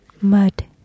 mud